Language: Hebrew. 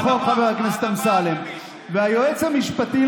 חבר הכנסת אמסלם, ברשותך,